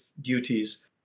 duties